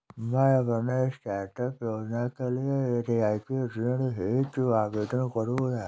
मैं अपने स्टार्टअप योजना के लिए रियायती ऋण हेतु आवेदन करूंगा